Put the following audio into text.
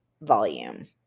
volume